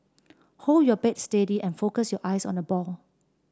hold your bat steady and focus your eyes on the ball